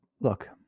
Look